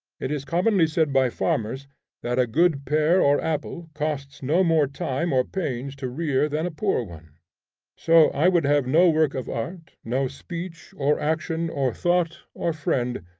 it is commonly said by farmers that a good pear or apple costs no more time or pains to rear than a poor one so i would have no work of art, no speech, or action, or thought, or friend,